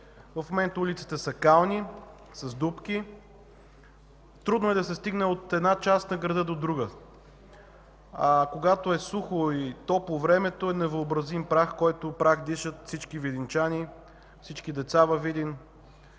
В момента улиците са кални, с дупки, трудно е да се стигне от една част на града до друга, а когато времето е сухо и топло, е невъобразим прах, който дишат всички видинчани и всички деца във Видин.